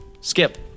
Skip